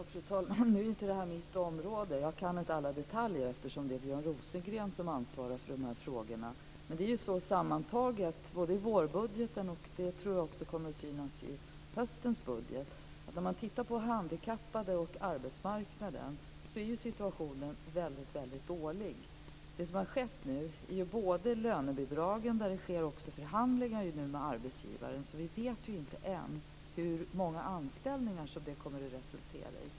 Fru talman! Nu är inte detta mitt område, så jag kan inte alla detaljer, eftersom det är Björn Rosengren som ansvarar för dessa frågor. Sammantaget både i vårbudgeten och i höstens budget är situationen på arbetsmarknaden väldigt dålig för unga arbetshandikappade. Det sker nu förhandlingar med arbetsgivarna om lönebidragen, så vi vet inte än hur många anställningar som det kommer att resultera i.